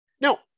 Now